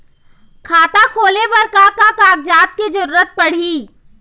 खाता खोले बर का का कागजात के जरूरत पड़ही?